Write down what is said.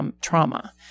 trauma